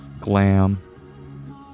glam